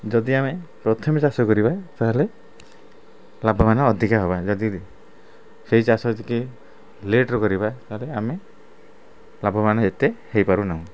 ଯଦି ଆମେ ପ୍ରଥମେ ଚାଷ କରିବା ତାହାଲେ ଲାଭବାନ ଅଧିକା ହବା ଯଦି ସେଇ ଚାଷ ଯେକି ଲେଟ୍ରେ କରିବା ତାହାଲେ ଆମେ ଲାଭବାନ ଏତେ ହେଇପାରୁ ନାହୁଁ